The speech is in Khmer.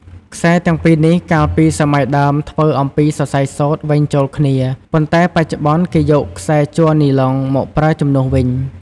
ខ្សែទាំង២នេះកាលពីសម័យដើមធ្វើអំពីសរសៃសូត្រវេញចូលគ្នា ប៉ុន្ដែបច្ចុប្បន្នគេយកខ្សែជ័រនីឡុងមកប្រើជំនួសវិញ ។